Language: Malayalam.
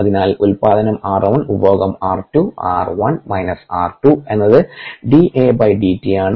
അതിനാൽ ഉത്പാദനം r1 ഉപഭോഗം r 2 r1 മൈനസ് r2 എന്നത് dA dt ആണ്